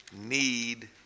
Need